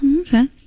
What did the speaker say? okay